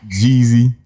Jeezy